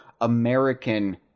American